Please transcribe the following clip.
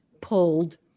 pulled